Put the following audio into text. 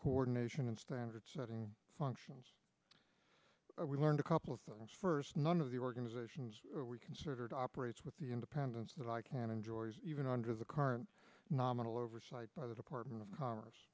coordination in standard setting functions we learned a couple of things first none of the organizations we considered operates with the independence that i can enjoy even under the current nominal oversight by the department of commerce